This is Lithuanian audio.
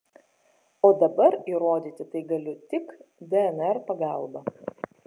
o dabar įrodyti tai galiu tik dnr pagalba